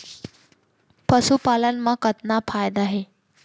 पशुपालन मा कतना फायदा हे?